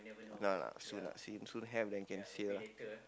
nah nah soon lah see him soon have then can it's here ah